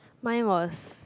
mine was